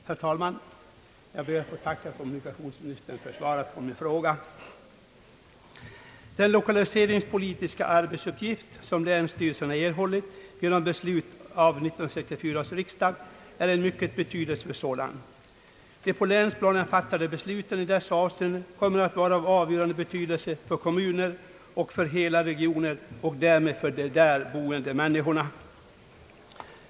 Herr talman! Jag ber att få tacka kommunikationsministern för svaret på min fråga. Den lokaliseringspolitiska arbetsuppgift som länsstyrelserna har erhållit genom beslut av 1964 års riksdag är en mycket betydelsefull sådan. De på länsplanet fattade besluten i dessa avseenden kommer att ha avgörande betydelse för kommuner och för hela regioner och därmed för de där boende människorna.